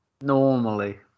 Normally